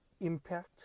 impact